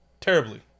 Terribly